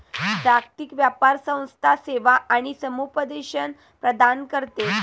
जागतिक व्यापार संस्था सेवा आणि समुपदेशन प्रदान करते